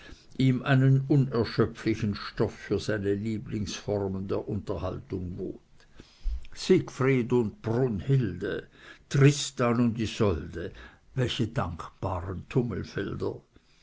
ihm einen unerschöpflichen stoff für seine lieblingsformen der unterhaltung bot siegfried und brünhilde tristan und isolde welche dankbaren